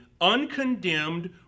uncondemned